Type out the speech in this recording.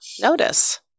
notice